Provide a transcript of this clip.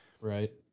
Right